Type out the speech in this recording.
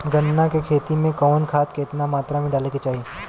गन्ना के खेती में कवन खाद केतना मात्रा में डाले के चाही?